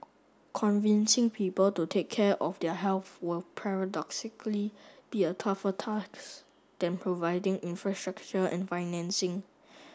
convincing people to take care of their health will paradoxically be a tougher than providing infrastructure and financing